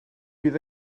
bydd